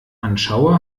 anschaue